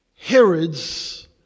Herods